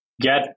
get